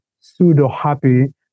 pseudo-happy